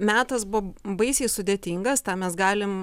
metas buvo baisiai sudėtingas tą mes galim